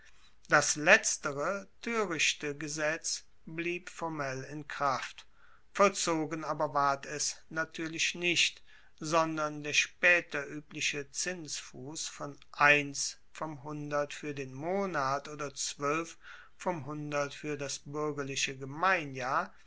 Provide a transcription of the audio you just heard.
das letztere toerichte gesetz blieb formell in kraft vollzogen aber ward es natuerlich nicht sondern der spaeter uebliche zinsfuss von eins vom hundert fuer den monat oder zwoelf vom hundert fuer das buergerliche gemeinjahr